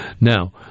Now